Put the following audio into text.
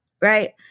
Right